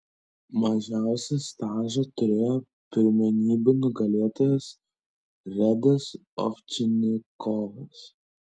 mažiausią stažą turėjo pirmenybių nugalėtojas redas ovčinikovas